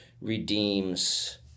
redeems